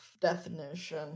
Definition